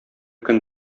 көн